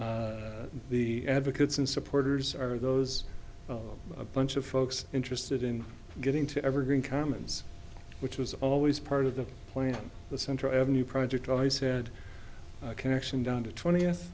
than the advocates and supporters are those a bunch of folks interested in getting to evergreen carmen's which was always part of the plan the central avenue project i said connection down to twentieth